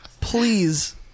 please